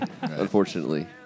Unfortunately